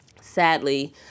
sadly